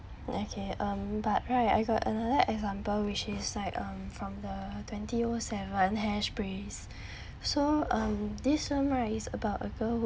okay um but right I got another example which is like um from the twenty O seven hairspray so um this one right is about a girl